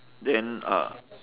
then uh